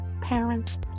parents